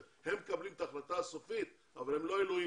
הם מקבלים את ההחלטה הסופית אבל הם לא אלוהים.